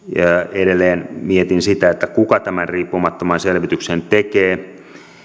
edelleen mietin kuka tämän riippumattoman selvityksen tekee